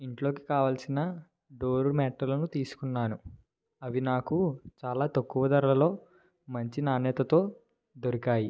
ఇంట్లోకి కావాలసిన డోర్ మ్యాట్లను తీసుకున్నాను అవి నాకు చాలా తక్కువ ధరలో మంచి నాణ్యతతో దొరికాయి